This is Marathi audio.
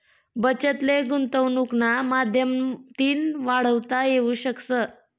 बचत ले गुंतवनुकना माध्यमतीन वाढवता येवू शकस